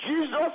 Jesus